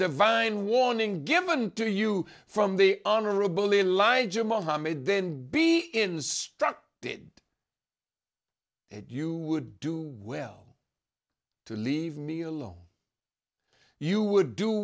divine warning given to you from the honorable elijah mohammed then be instructed did and you would do well to leave me alone you would do